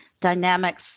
dynamics